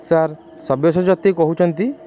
sir Sabyasajyoti କହୁଛନ୍ତି